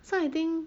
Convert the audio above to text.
so I think